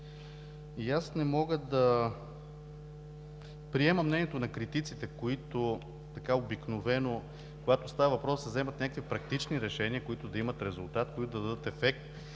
И аз не мога да приема мнението на критиците, които обикновено, когато става въпрос да се вземат някакви практични решения, които да имат резултат, които да дадат ефект